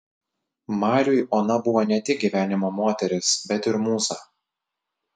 mariui ona buvo ne tik gyvenimo moteris bet ir mūza